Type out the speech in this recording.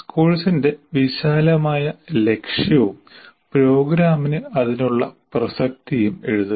കോഴ്സിന്റെ വിശാലമായ ലക്ഷ്യവും പ്രോഗ്രാമിന് അതിനുള്ള പ്രസക്തിയും എഴുതുക